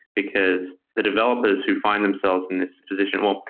because the developers who find themselves in this position well,